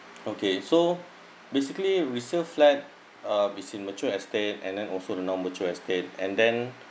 okay so basically resale flat uh is in mature estate and then also the non mature estate and then